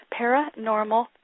paranormal